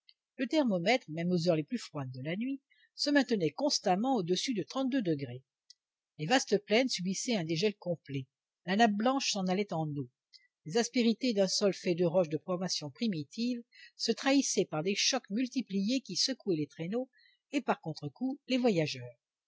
le thermomètre même aux heures les plus froides de la nuit se maintenait constamment au-dessus de trente-deux degrés les vastes plaines subissaient un dégel complet la nappe blanche s'en allait en eau les aspérités d'un sol fait de roches de formation primitive se trahissaient par des chocs multipliés qui secouaient les traîneaux et par contrecoup les voyageurs